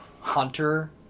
Hunter